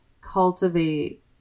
cultivate